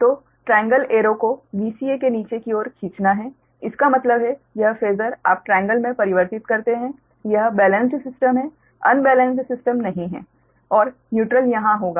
तो triangle arrow को Vca के नीचे की ओर खींचना है इसका मतलब है यह फेसर आप ट्रायंगल में परिवर्तित करते हैं यह बेलेंस्ड सिस्टम है अनबेलेंस्ड बेलेंस्ड सिस्टम नहीं है और न्यूट्रल यहां होगा